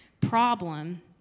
problem